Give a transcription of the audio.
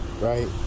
right